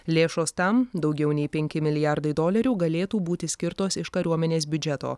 lėšos tam daugiau nei penki milijardai dolerių galėtų būti skirtos iš kariuomenės biudžeto